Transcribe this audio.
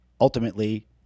ultimately